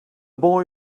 boy